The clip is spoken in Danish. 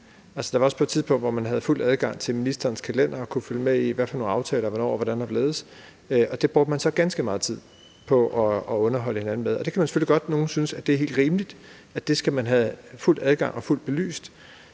Der var også et tidspunkt, hvor man havde fuld adgang til ministerens kalender og kunne følge med i aftaler – hvornår og hvordan og hvorledes – og det brugte man så ganske meget tid på at underholde hinanden med. Det kan nogen selvfølgelig godt synes er helt rimeligt at man skal have fuld adgang til og fuldt belyst.